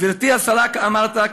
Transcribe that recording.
גברתי השרה" אמרת,